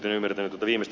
arvoisa puhemies